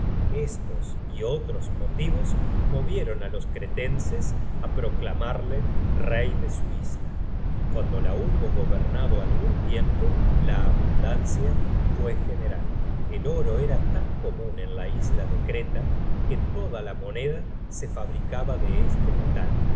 estos y otros motivos movieron á los cretenses á proclamarle rey de su isla y cuando la hubo gobernado algun tiempo la abundancia fue general el oro era tan comun en la isla de creta que toda la moneda se fabricaba de este metal